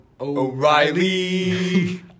O'Reilly